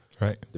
Right